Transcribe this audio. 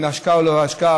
אם להשקעה ואם לא להשקעה,